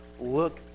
look